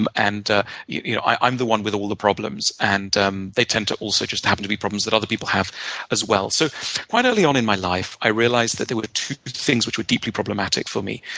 and and you know i'm the one with all the problems. and um they tend to also just have to be problems that other people have as well. so quite early on in my life, i realized that there were two things which were deeply problematic for me.